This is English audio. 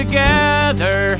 Together